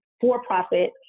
for-profit